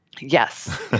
Yes